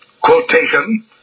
quotation